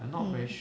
mm